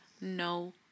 no